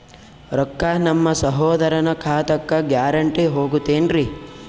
ರೊಕ್ಕ ನಮ್ಮಸಹೋದರನ ಖಾತಕ್ಕ ಗ್ಯಾರಂಟಿ ಹೊಗುತೇನ್ರಿ?